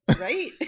Right